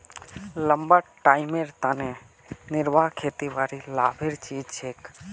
लंबा टाइमेर तने निर्वाह खेतीबाड़ी लाभेर चीज छिके